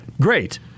great